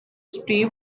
stay